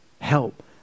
help